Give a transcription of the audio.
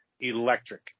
electric